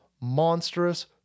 monstrous